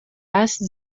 است